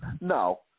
No